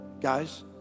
Guys